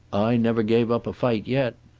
i never gave up a fight yet.